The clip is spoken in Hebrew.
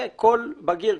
וכל בגיר,